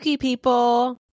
people